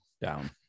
down